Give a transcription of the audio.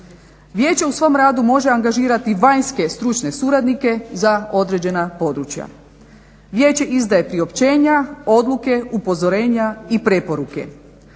Vijeće u svom radu može angažirati vanjske stručne suradnike za određena područja. Vijeće izdaje priopćenja, odluke, upozorenja i preporuke.